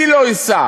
אני לא אסע.